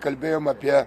kalbėjom apie